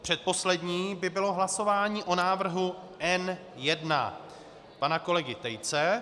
Předposlední by bylo hlasování o návrhu N1 pana kolegy Tejce.